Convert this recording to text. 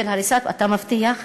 אתה מבטיח?